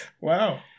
Wow